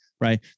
right